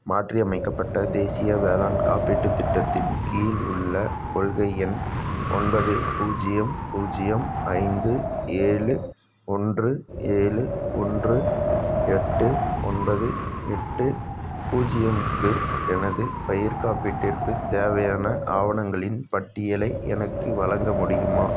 மாற்றியமைக்கப்பட்ட தேசிய வேளாண் காப்பீட்டுத் திட்டத்தின் கீழ் உள்ள கொள்கை எண் ஒன்பது பூஜ்ஜியம் பூஜ்ஜியம் ஐந்து ஏழு ஒன்று ஏழு ஒன்று எட்டு ஒன்பது எட்டு பூஜ்ஜியமுக்கு எனது பயிர்க் காப்பீட்டிற்குத் தேவையான ஆவணங்களின் பட்டியலை எனக்கு வழங்க முடியுமா